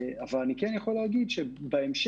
אבל אני כן יכול להגיד שבהמשך,